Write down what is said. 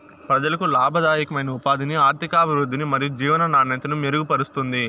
ప్రజలకు లాభదాయకమైన ఉపాధిని, ఆర్థికాభివృద్ధిని మరియు జీవన నాణ్యతను మెరుగుపరుస్తుంది